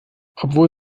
obwohl